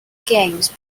games